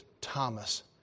Thomas